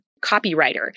copywriter